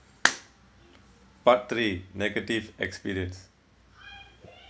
part three negative experience